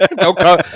No